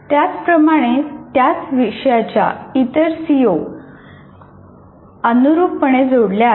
त्याचप्रमाणे त्याच विषयाच्या इतर सीओ अनुरूप पणे जोडल्या आहेत